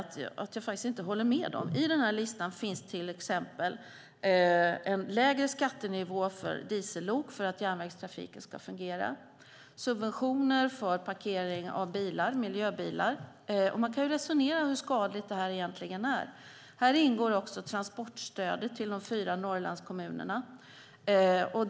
Jag måste säga att jag inte håller med om allting. I listan finns till exempel en lägre skattenivå för diesellok som vi har för att järnvägstrafiken ska fungera och subventioner för parkering av miljöbilar. Man kan resonera om hur skadligt detta egentligen är. Här ingår också transportstödet till de fyra Norrlandskommunerna.